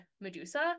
Medusa